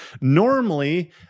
Normally